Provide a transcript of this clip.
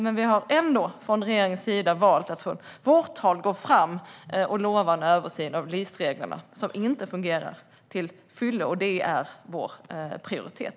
Men från regeringens sida har vi ändå valt att gå fram och lova en översyn av LIS-reglerna, som inte fungerar till fullo; det ger vi prioritet.